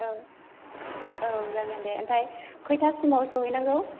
ओं औ जागोन दे ओमफाय खयथा सिमाव सौहै नांगौ